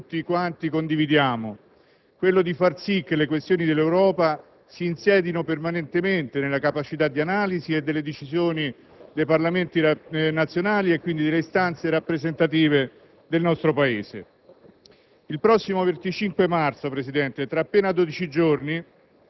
credo che possa rappresentare anche una tappa verso un obiettivo che tutti condividiamo: far sì che le questioni dell'Europa si insedino permanentemente nella capacità di analisi e delle decisioni dei Parlamenti nazionali e quindi delle istanze rappresentative del nostro Paese.